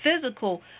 physical